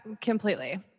completely